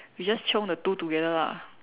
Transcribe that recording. we just chiong the two together lah